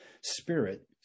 Spirit